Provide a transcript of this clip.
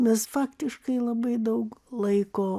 mes faktiškai labai daug laiko